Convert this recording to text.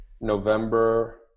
November